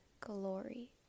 glory